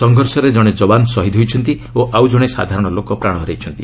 ସଂଘର୍ଷରେ କଣେ ଯବାନ ଶହୀଦ୍ ହୋଇଛନ୍ତି ଓ ଆଉ ଜଣେ ସାଧାରଣ ଲୋକ ପ୍ରାଣ ହରାଇଛନ୍ତି